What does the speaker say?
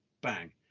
bang